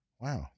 wow